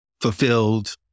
fulfilled